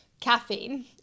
caffeine